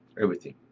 everything.